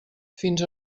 fins